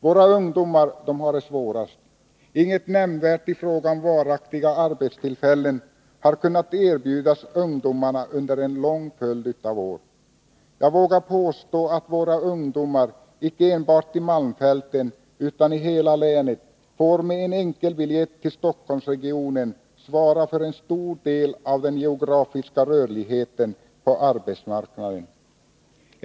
Våra ungdomar har det svårast. Inget nämnvärt i fråga om varaktiga arbetstillfällen har kunnat erbjudas ungdomarna under en lång följd av år. Jag vågar påstå att våra ungdomar, icke enbart i malmfälten utan i hela länet, med en enkel biljett till Stockholmsregionen får svara för en stor del av den geografiska rörligheten på arbetsmarknaden.